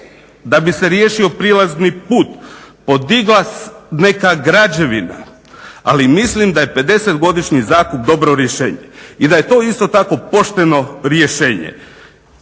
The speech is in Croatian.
da bi se riješio prilazni put, podigla neka građevina, ali mislim da je 50-godišnji zakup dobro rješenje i da je to isto tako pošteno rješenje.